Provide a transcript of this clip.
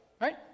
Right